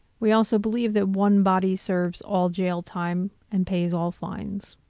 we also believe that one body serves all jail time and pays all fines.